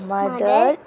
Mother